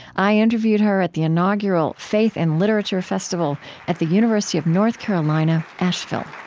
i interviewed her at the inaugural faith in literature festival at the university of north carolina asheville